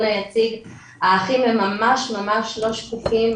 היציג האחים הם ממש ממש לא שקופים,